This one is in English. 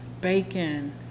bacon